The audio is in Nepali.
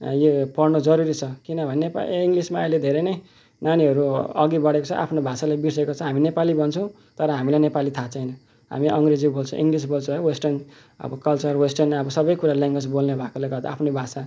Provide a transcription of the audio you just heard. यो पढ्नु जरुरी छ किनभने इङ्गलिसमा अहिले धेरै नै नानीहरू अघि बढेको छ आफ्नो भाषालाई बिर्सेको छ हामी नेपाली भन्छु तर हामीलाई नेपाली थाहा छैन हामी अङ्ग्रेजी बोल्छ इङ्गलिस बोल्छ वेस्टर्न अब कलचर वेस्टर्न अब सबै कुरा ल्याङग्वेज बोल्ने भएकोले गर्दा आफ्नो भाषा